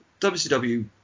WCW